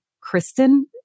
Kristen